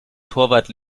torwart